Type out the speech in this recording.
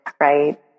Right